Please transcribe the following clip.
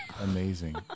Amazing